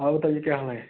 और बताइए क्या हाँ है